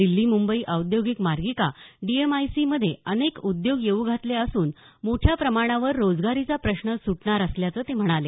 दिल्ली मुंबई औद्योगिक मार्गिका डीएमआयसीमध्ये अनेक उद्योग येऊ घातले असून मोठ्या प्रमाणावर रोजगारीचा प्रश्न सुटणार असल्याचं ते म्हणाले